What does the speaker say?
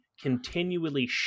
continually